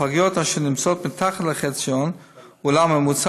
והפגיות אשר נמצאות מתחת לחציון אולם ממוצע